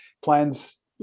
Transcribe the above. plans